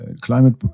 climate